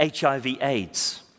HIV-AIDS